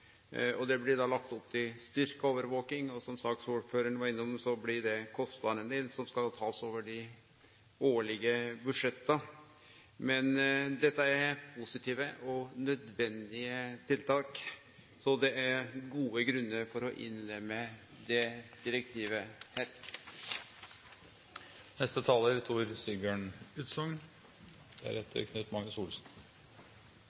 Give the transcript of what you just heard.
overvaking. Det blir lagt opp til styrkt overvaking. Som saksordføraren var innom, blir kostnadane tekne over dei årlege budsjetta. Dette er positive og nødvendige tiltak. Det er gode grunnar for å innlemme dette direktivet. Retten til ren luft, rent vann og trygg mat er